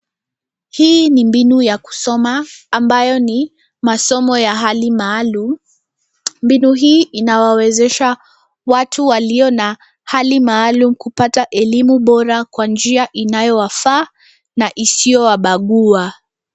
Hii ni mbinu ya kusoma ambayo ni masomo ya hali maalum .Mbinu hii inawawezesha watu walio na hali maalum kupata elimu bora kwa njia inayo wafaa na isiyo wabagua.